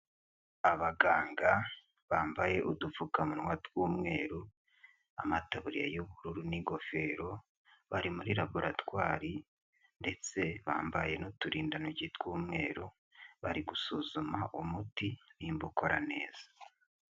Abaganga bambaye udupfukamunwa tw'umweru, amataburiya y'ubururu n'ingofero bari muri raboratwari ndetse bambaye n'uturindantoki tw'umweru bari gusuzuma umuti n'imba ukora neza.